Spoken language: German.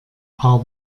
paar